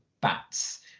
bats